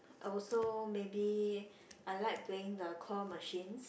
I also maybe I like playing the claw machines